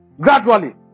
Gradually